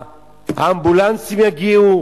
האמבולנסים יגיעו?